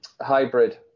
hybrid